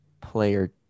player